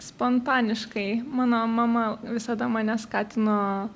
spontaniškai mano mama visada mane skatino